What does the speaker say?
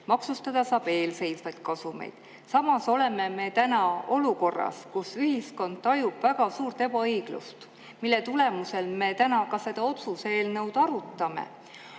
maksustada saab eelseisvaid kasumeid. Samas oleme me täna olukorras, kus ühiskond tajub väga suurt ebaõiglust, mille tulemusel me täna ka seda otsuse eelnõu arutame.